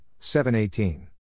7-18